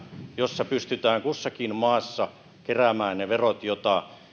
jossa pystytään kussakin maassa keräämään ne verot joita